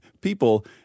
people